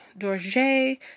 Dorje